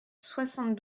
soixante